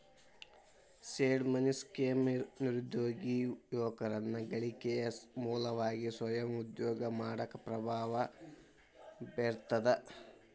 seed money scheme ನಿರುದ್ಯೋಗಿ ಯುವಕರನ್ನ ಗಳಿಕೆಯ ಮೂಲವಾಗಿ ಸ್ವಯಂ ಉದ್ಯೋಗ ಮಾಡಾಕ ಪ್ರಭಾವ ಬೇರ್ತದ